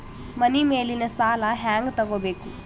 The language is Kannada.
ಮನಿ ಮೇಲಿನ ಸಾಲ ಹ್ಯಾಂಗ್ ತಗೋಬೇಕು?